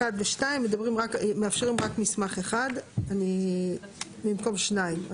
ו-2 מאפשרים רק מסמך אחד במקום שניים.